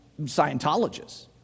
Scientologists